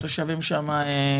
אזורי התעשייה והתושבים שם נכנסים